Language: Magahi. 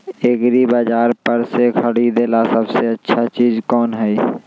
एग्रिबाजार पर से खरीदे ला सबसे अच्छा चीज कोन हई?